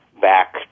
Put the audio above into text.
back